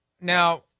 now